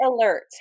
alert